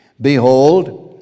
Behold